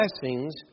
blessings